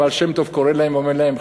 הבעל-שם-טוב" קורא להם ואומר להם,